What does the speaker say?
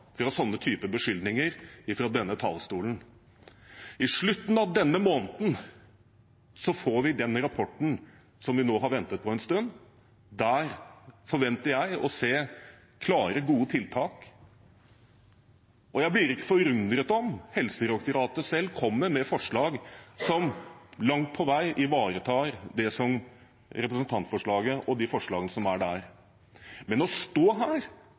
beskyldninger fra denne talerstolen. I slutten av denne måneden får vi den rapporten vi nå har ventet på en stund. Der forventer jeg å se klare, gode tiltak. Jeg blir ikke forundret om Helsedirektoratet selv kommer med forslag som langt på vei ivaretar det som ligger i representantforslaget og forslagene der. Men tenk å stå her